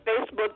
facebook